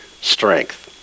strength